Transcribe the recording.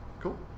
Cool